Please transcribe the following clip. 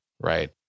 right